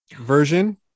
version